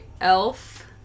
Elf